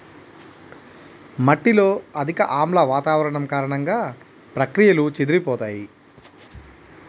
మట్టిలో అధిక ఆమ్ల వాతావరణం కారణంగా, ప్రక్రియలు చెదిరిపోతాయి